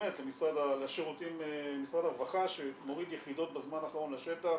למשרד הרווחה שמוריד יחידות בזמן האחרון לשטח